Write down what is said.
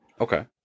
okay